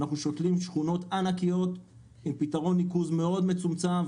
אנחנו שותלים שכונות ענקיות עם פתרון ניקוז מאוד מצומצם.